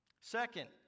Second